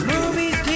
Movies